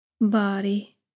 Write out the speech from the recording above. body